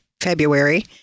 february